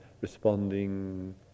responding